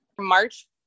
March